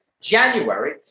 January